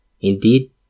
Indeed